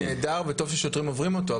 נהדר וטוב ששוטרים עוברים אותו.